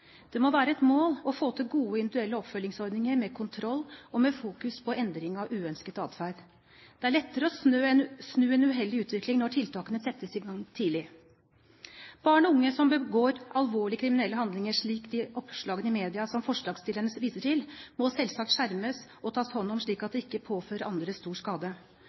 Det må være et mål å få til gode, individuelle oppfølgingsordninger med kontroll og med fokus på endring av uønsket atferd. Det er lettere å snu en uheldig utvikling når tiltakene settes i gang tidlig. Barn og unge som begår alvorlige kriminelle handlinger, slik som oppslag i media viser, og som forslagsstillerne viser til, må selvsagt skjermes og tas hånd om slik at de ikke påfører andre stor skade.